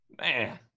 Man